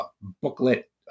booklet